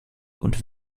und